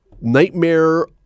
nightmare